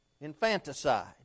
infanticide